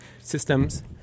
systems